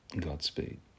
Godspeed